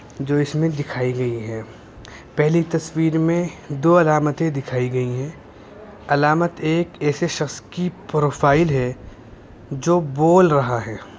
جو اس میں دکھائی گئی ہیں پہلی تصویر میں دو علامتیں دکھائی گئی ہیں علامت ایک ایسے شخص کی پروفائل ہے جو بول رہا ہے